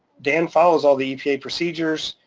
dan follows all the epa procedures.